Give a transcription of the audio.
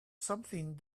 something